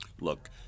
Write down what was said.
Look